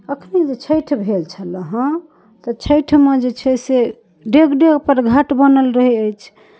एखने तऽ छठि भेल छलऽ हँ तऽ छठिमे जे छै से डेग डेगपर घाट बनल रहै अछि